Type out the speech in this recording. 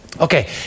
Okay